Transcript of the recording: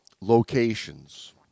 locations